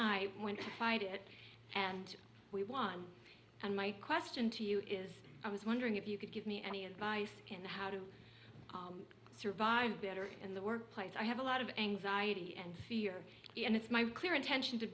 i went to fight it and we won and my question to you is i was wondering if you could give me any advice in how to survive better in the workplace i have a lot of anxiety and fear and it's my clear intention to